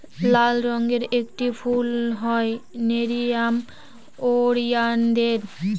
লাল রঙের একটি ফুল হয় নেরিয়াম ওলিয়ানদের